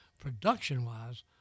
production-wise